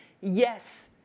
yes